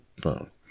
phone